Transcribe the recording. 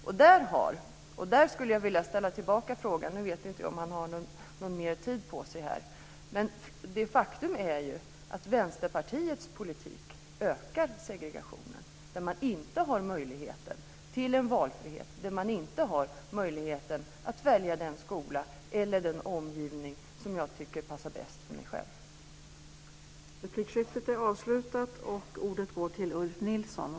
Nu vet jag inte om Lennart Gustavsson har rätt till ytterligare replik. Men faktum är att Vänsterpartiets politik ökar segregationen, eftersom jag inte har möjligheten till en valfrihet, inte möjlighet att välja den skola eller den omgivning som jag tycker passar bäst för mig själv.